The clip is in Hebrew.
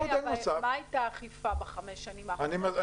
מה היתה האכיפה בחמש השנים האחרונות,